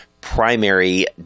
primary